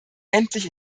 endlich